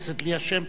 אחרי ברכה,